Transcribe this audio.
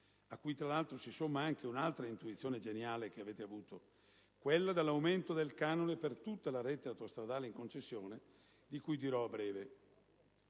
a cui tra l'altro, si somma anche un'altra intuizione geniale che avete avuto: quella dell'aumento del canone per tutta la rete autostradale in concessione, di cui dirò a breve.